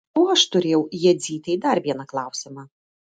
o aš turėjau jadzytei dar vieną klausimą